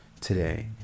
today